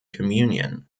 communion